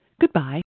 Goodbye